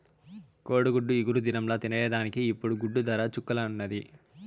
కోడిగుడ్డు ఇగురు దినంల తినేదానికి ఇప్పుడు గుడ్డు దర చుక్కల్లున్నాది